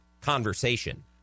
conversation